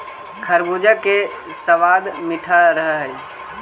खरबूजा के सबाद मीठा रह हई